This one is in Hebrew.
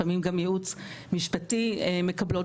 לפעמים גם ייעוץ משפטי מקבלות,